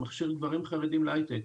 שמכשיר גברים חרדים להייטק,